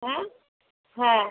হ্যাঁ হ্যাঁ